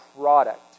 product